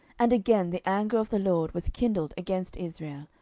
and again the anger of the lord was kindled against israel,